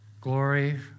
Glory